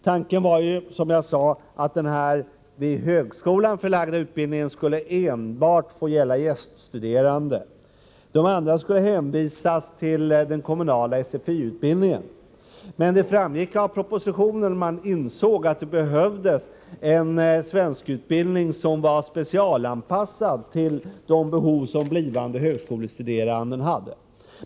Tanken var ju, som jag sade, att den till högskolan förlagda utbildningen skulle få gälla enbart gäststuderande. Andra invandrare skulle hänvisas till den kommunala sfi-undervisningen. Men det framgick av propositionen att man insåg att det behövdes en svenskundervisning, som var specialanpassad till de behov som blivande högskolestuderande hade.